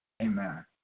Amen